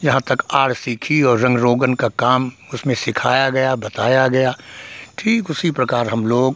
जहाँ तक आर सीखी और रंग रोगन का काम उसमें सिखाया गया बताया गया ठीक उसी प्रकार हम लोग